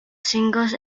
singles